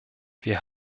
wir